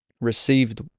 received